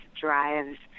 drives